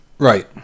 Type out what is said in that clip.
Right